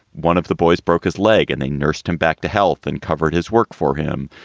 one of the boys broke his leg and they nursed him back to health and covered his work for him.